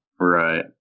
Right